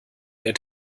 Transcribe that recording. der